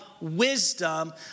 wisdom